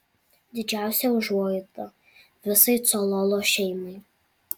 didžiausia užuojauta visai cololo šeimai